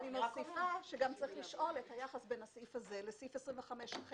צריך לשאול את היחס בין הסעיף הזה לסעיף 25ח